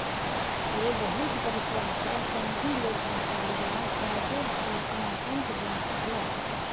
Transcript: ओ बहुत परिश्रम सॅ सनदी लेखाकार वा चार्टर्ड अकाउंटेंट बनि सकला